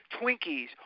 Twinkies